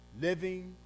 living